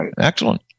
Excellent